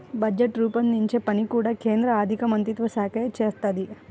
budget రూపొందించే పని కూడా కేంద్ర ఆర్ధికమంత్రిత్వశాఖే చేత్తది